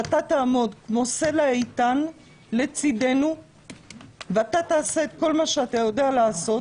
שאתה תעמוד כמו סלע איתן לצידנו ואתה תעשה את כל מה שאתה יודע לעשות,